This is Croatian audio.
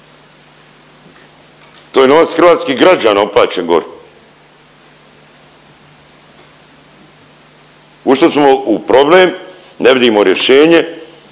to je novac hrvatskih građana uplaćen gori. Ušli smo u problem, ne vidimo rješenje,